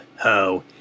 ho